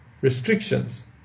restrictions